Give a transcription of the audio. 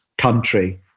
country